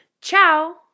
Ciao